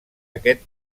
aquest